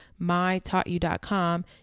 mytaughtyou.com